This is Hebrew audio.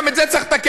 גם את זה צריך לתקן,